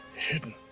hidden.